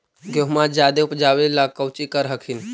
गेहुमा जायदे उपजाबे ला कौची कर हखिन?